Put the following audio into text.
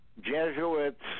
Jesuits